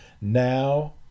now